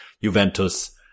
Juventus